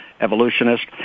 evolutionist